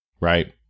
Right